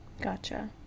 Gotcha